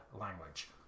language